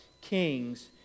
kings